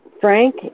Frank